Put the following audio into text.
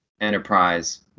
enterprise